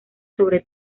sobre